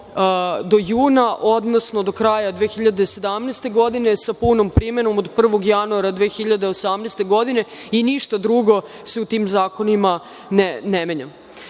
meseca, odnosno do kraja 2017. godine, sa punom primenom od 01. janura 2018. godine i ništa drugo se u tim zakonima ne